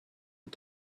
und